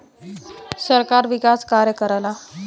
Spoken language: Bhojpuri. सरकार विकास कार्य करला